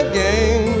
Again